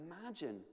Imagine